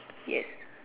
yes